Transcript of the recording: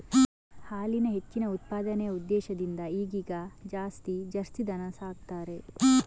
ಹಾಲಿನ ಹೆಚ್ಚಿನ ಉತ್ಪಾದನೆಯ ಉದ್ದೇಶದಿಂದ ಈಗೀಗ ಜಾಸ್ತಿ ಜರ್ಸಿ ದನ ಸಾಕ್ತಾರೆ